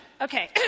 Okay